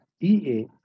EA